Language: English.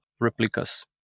replicas